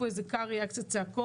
ונכנס איזה קרעי ויש קצת צעקות,